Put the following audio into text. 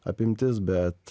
apimtis bet